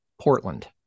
Portland